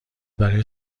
برای